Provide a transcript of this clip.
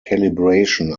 calibration